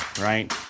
right